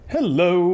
Hello